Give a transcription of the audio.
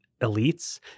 elites